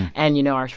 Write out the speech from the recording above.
and, you know, um